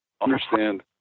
Understand